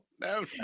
no